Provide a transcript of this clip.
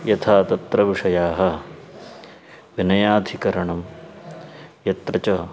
यथा तत्र विषयाः विनयाधिकरणं यत्र च